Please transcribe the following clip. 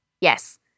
Yes